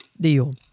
deal